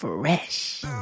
Fresh